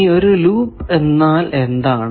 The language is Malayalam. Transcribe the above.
ഇനി ഒരു ലൂപ്പ് എന്നാൽ എന്താണ്